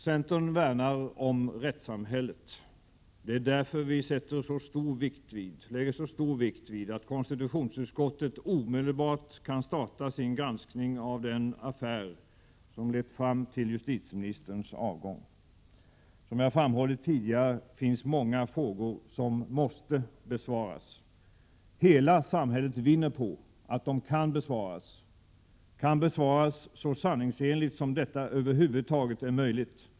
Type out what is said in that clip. Centern värnar om rättssamhället. Det är därför vi fäster så stor vikt vid att konstitutionsutskottet omedelbart kan starta sin granskning av den affär som lett fram till justitieministerns avgång. Som jag framhållit tidigare finns många frågor som måste besvaras. Hela samhället vinner på att de kan besvaras, kan besvaras så sanningsenligt som det över huvud taget är möjligt.